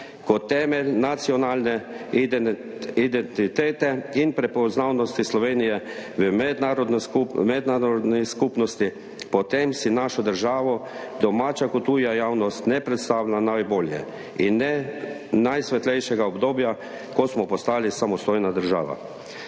kot temelj nacionalne identitete in prepoznavnosti Slovenije v mednarodni skupnosti, potem si naše države domača ter tuja javnost ne predstavlja najbolje, in ne najsvetlejšega obdobja, ko smo postali samostojna država.